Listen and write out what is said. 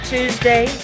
Tuesday